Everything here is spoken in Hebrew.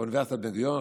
אוניברסיטת בן-גוריון,